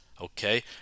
okay